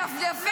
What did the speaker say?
תלכי.